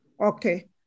okay